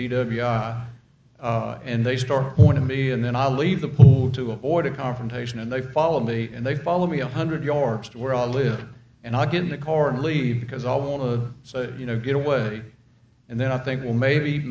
i and they start going to me and then i leave the pool to avoid a confrontation and they follow me and they follow me a hundred yards to where i live and i get in the car and leave because i want to so you know get away and then i think well maybe